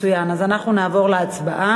מצוין, אז אנחנו נעבור להצבעה.